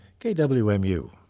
KWMU